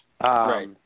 Right